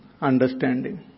understanding